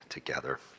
Together